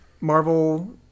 Marvel